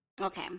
okay